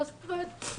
מהסטרס,